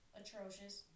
atrocious